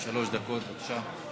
שלוש דקות, בבקשה.